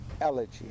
elegy